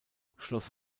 schloß